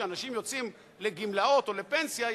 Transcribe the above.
כשאנשים יוצאים לגמלאות או לפנסיה,